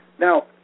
Now